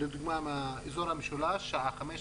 לדוגמה מאזור המשולש בשעה 5:00,